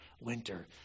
winter